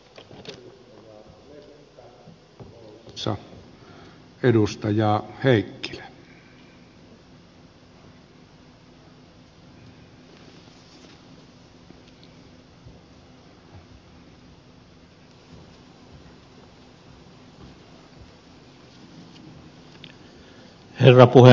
herra puhemies